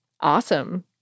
Awesome